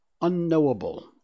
unknowable